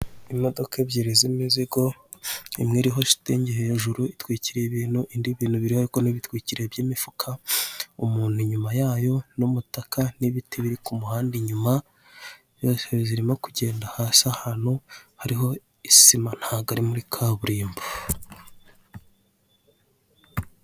Imodoka ebyiri z'imizigo, imwe iriho shitingi hejuru, itwikiriye ibintu, indi ibintu biriho ariko ntibitwikiriye by'imifuka, umuntu inyuma yayo, n'umutaka n'ibiti biri ku muhanda inyuma, byose zirimo kugenda hasi ahantu, hariho isima, ntago ari muri kaburimbo.